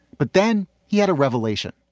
but then he had a revelation